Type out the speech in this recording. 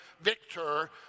victor